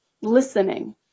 listening